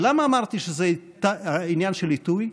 ולמה אמרתי שזה עניין של עיתוי?